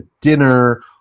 dinner